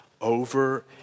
over